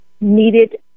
needed